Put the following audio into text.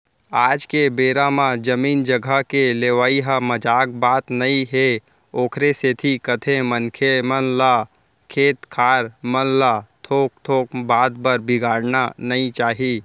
आज के बेरा म जमीन जघा के लेवई ह मजाक बात नई हे ओखरे सेती कथें मनखे मन ल खेत खार मन ल थोक थोक बात बर बिगाड़ना नइ चाही